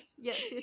Yes